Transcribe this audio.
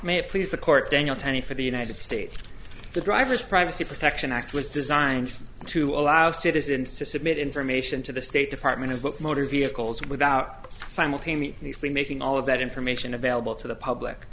it please the court daniel tenney for the united states the driver's privacy protection act was designed to allow citizens to submit information to the state department of book motor vehicles without simultaneously making all of that information available to the public